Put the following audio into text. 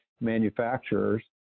manufacturers